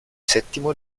settimo